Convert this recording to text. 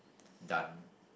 done